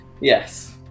Yes